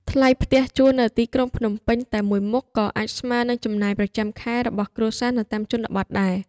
ថ្លៃផ្ទះជួលនៅទីក្រុងភ្នំពេញតែមួយមុខ ក៏អាចស្មើនឹងចំណាយប្រចាំខែរបស់គ្រួសារនៅតាមជនបទដែរ។